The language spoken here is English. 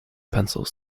pencils